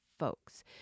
Folks